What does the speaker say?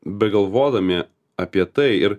begalvodami apie tai ir